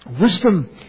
wisdom